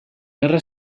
guerra